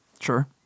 Sure